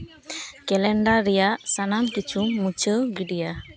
calendar ᱨᱮᱭᱟᱜ ᱥᱟᱱᱟᱢ ᱠᱤᱪᱷᱩ ᱢᱩᱪᱷᱟᱹᱣ ᱜᱤᱰᱤᱭᱟ